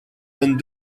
donne